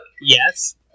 Yes